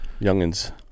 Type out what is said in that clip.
youngins